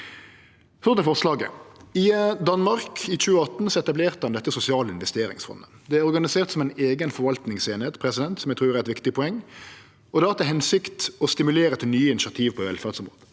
Så til forslaget: I Danmark etablerte ein i 2018 dette sosiale investeringsfondet. Det er organisert som ei eiga forvaltningseining, som eg trur er eit viktig poeng, og det har til hensikt å stimulere til nye initiativ på velferdsområdet.